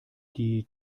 die